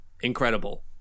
Incredible